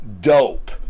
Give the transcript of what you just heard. dope